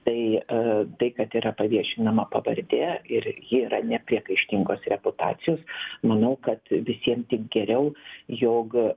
tai tai kad yra paviešinama pavardė ir ji yra nepriekaištingos reputacijos manau kad visiem tik geriau jog